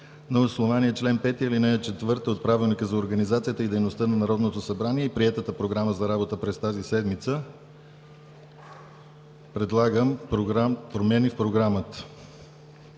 на основание чл. 5, ал. 4 от Правилника за организацията и дейността на Народното събрание и приетата Програма за работа през тази седмица предлагам промени в Програмата,